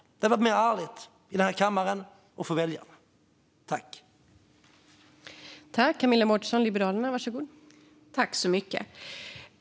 Det hade varit mer ärligt i denna kammare och för väljarna.